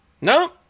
No